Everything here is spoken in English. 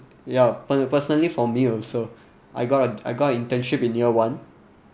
ya per~ personally for me also I got I got an internship in year one